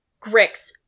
Grix